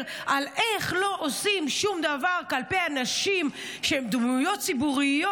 על איך לא עושים שום דבר כלפי אנשים שהם דמויות ציבוריות,